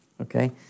okay